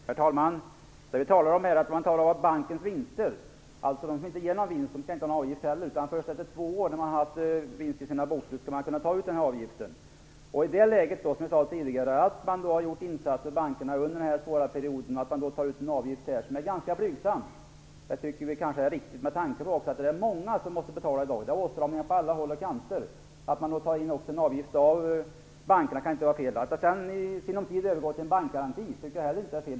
Herr talman! Vi talar om bankens vinster och att de som inte ger någon vinst inte skall ha någon avgift. Först när banken haft vinst i sina bokslut i två år skall man kunna ta ut avgiften. Som jag sade tidigare har man gjort insatser för bankerna under den svåra perioden. Jag tycker därför att det är riktigt att man skall kunna ta ut en ganska blygsam avgift. Det är många som måste betala i dag, det är ju åtstramningar på många håll. Att man då tar in en avgift från bankerna kan inte vara fel. Att i sinom tid övergå till en bankgaranti, tycker jag heller inte är fel.